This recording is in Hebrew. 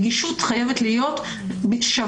הנגישות חייבת להיות שווה.